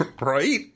Right